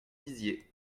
dizier